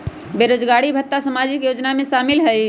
बेरोजगारी भत्ता सामाजिक योजना में शामिल ह ई?